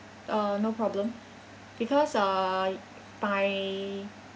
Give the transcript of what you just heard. uh no problem because uh by